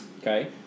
Okay